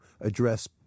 address